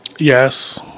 Yes